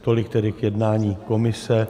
Tolik tedy k jednání komise.